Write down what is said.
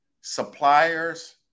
suppliers